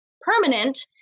permanent